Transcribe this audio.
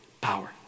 power